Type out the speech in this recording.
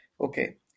okay